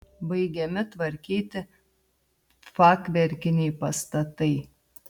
baigiami tvarkyti fachverkiniai pastatai